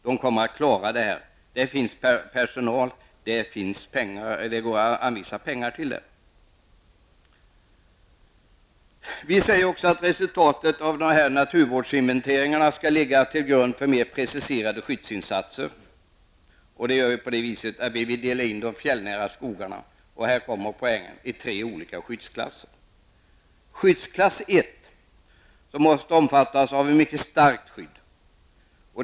Man kommer att klara detta, det finns personal och det går att anvisa pengar till detta ändamål. Vi moderater menar också att resultatet av dessa naturvärdesinventeringar skall ligga till grund för mer preciserade skyddsinsatser. Vi vill dela in de fjällnära skogarna, och här kommer poängen, i tre olika skyddsklasser. Skyddsklass 1 gäller områden som måste omfattas av ett mycket starkt skydd.